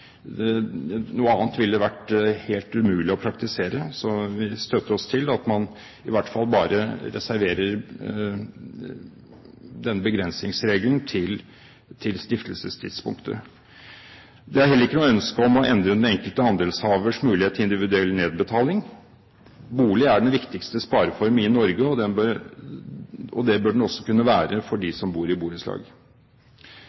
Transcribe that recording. Noe annet ville vært helt umulig å praktisere, så vi støtter oss til at man i hvert fall bare reserverer denne begrensningsregelen til stiftelsestidspunktet. Det er heller ikke noe ønske om å endre den enkelte andelshavers mulighet til individuell nedbetaling. Bolig er den viktigste spareform i Norge, og det bør den også kunne være for